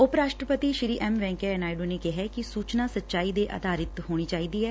ਉਪ ਰਾਸਟਰਪਤੀ ਐਮ ਵੈਂਕਈਆ ਨਾਇਡੁ ਨੇ ਕਿਹੈ ਕਿ ਸੁਚਨਾ ਸਚਾਈ ਤੇ ਆਧਾਰਿਤ ਹੋਣੀ ਚਾਹੀਦੀ ਐ